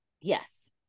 Yes